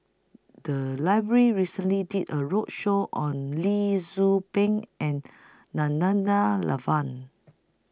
The Library recently did A roadshow on Lee Tzu Pheng and Nana DA La Van